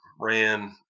ran